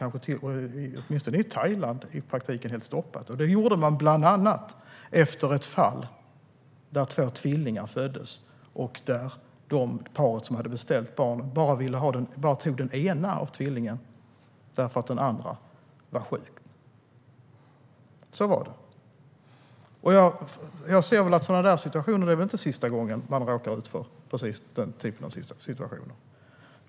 I Thailand har man i praktiken stoppat detta efter ett fall där tvillingar föddes och paret som hade beställt barnen bara tog det ena eftersom det andra var sjukt. Det är knappast sista gången man råkar ut för en sådan situation.